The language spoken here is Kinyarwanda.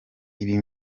ibi